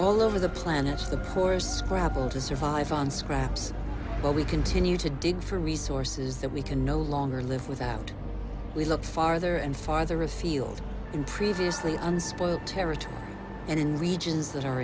all over the planet's the poorest scrabbled to survive on scraps but we continue to dig for resources that we can no longer live without we look farther and farther afield in previously unspoiled territory and in regions that are